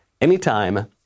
anytime